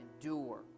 endure